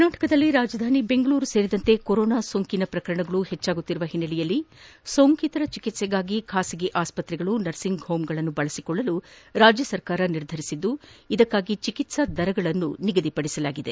ಕರ್ನಾಟಕದಲ್ಲಿ ರಾಜಧಾನಿ ಬೆಂಗಳೂರು ಸೇರಿದಂತೆ ಕೊರೋನಾ ಸೋಹಿನ ಪ್ರಕರಣಗಳು ಹೆಚ್ಚಾಗುತ್ತಿರುವ ಹಿನ್ನೆಲೆಯಲ್ಲಿ ಸೋಹಿತರ ಚಿಕ್ಸೆಗಾಗಿ ಬಾಸಗಿ ಆಸ್ತ್ರೆಗಳು ನರ್ಸಿಂಗ್ ಹೋಂಗಳನ್ನು ಬಳಸಿಕೊಳ್ಳಲು ರಾಜ್ಯ ಸರ್ಕಾರ ನಿರ್ಧರಿಸಿದ್ದು ಇದಕ್ಕಾಗಿ ಚಿಕಿತ್ತಾ ದರಗಳನ್ನು ನಿಗದಿಪಡಿಸಲಾಗಿದೆ